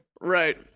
Right